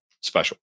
special